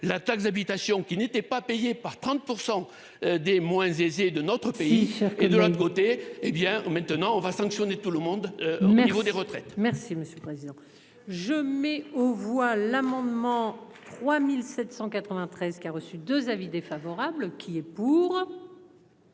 la taxe d'habitation qui n'étaient pas payés par 30% des moins aisés de notre pays et de l'autre côté hé bien maintenant on va sanctionner tout le monde mais vous des retraites. Merci monsieur le président je mets aux voix l'amendement 3793 qui a reçu 2 avis défavorables qui est pour.